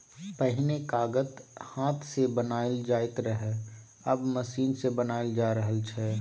पहिने कागत हाथ सँ बनाएल जाइत रहय आब मशीन सँ बनाएल जा रहल छै